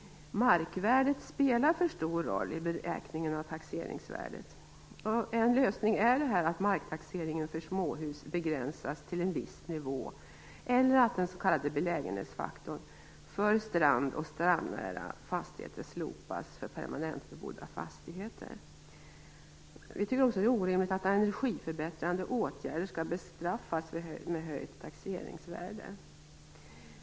Markvärdet spelar en för stor roll vid beräkningen av taxeringsvärdet. En lösning är att marktaxeringen för småhus begränsas till en viss nivå eller att den s.k. belägenhetsfaktorn för strand och strandnära fastigheter slopas för de permanentboende. Vi tycker också att det är orimligt att energiförbättrande åtgärder skall bestraffas med höjt taxeringsvärde.